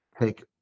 take